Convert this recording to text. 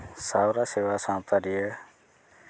ᱥᱟᱶᱨᱟ ᱥᱮᱵᱟ ᱥᱟᱶᱛᱟᱨᱤᱭᱟᱹ